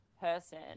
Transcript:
person